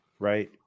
Right